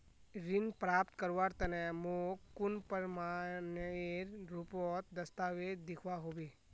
ऋण प्राप्त करवार तने मोक कुन प्रमाणएर रुपोत दस्तावेज दिखवा होबे?